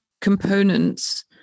components